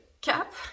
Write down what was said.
cap